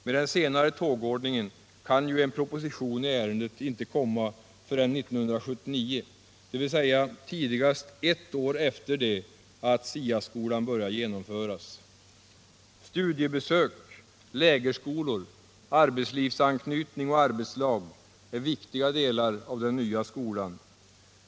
Med den senare tågordningen kan ju en proposition i ärendet inte komma förrän 1979, dvs. tidigast ett år efter det att SIA skolan börjar genomföras. Studiebesök, lägerskolor, arbetslivsanknytning och arbetslag är viktiga delar av den nya skolan.